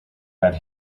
had